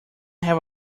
have